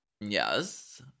Yes